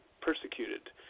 persecuted